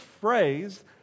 phrase